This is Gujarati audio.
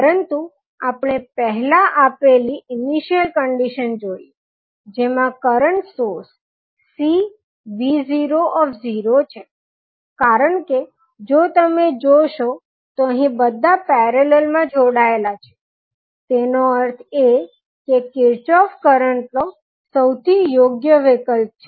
પરંતુ આપણે પહેલા આપેલી ઇનીશીયલ કંડીશન જોઇએ જેમાં કરંટ સોર્સ Cvo છે કારણ કે જો તમે જોશો તો અહીં બધાં પેરેલલ મા જોડાયેલા છે તેનો અર્થ એ કે કિર્ચોફ કરંટ લો સૌથી યોગ્ય વિકલ્પ છે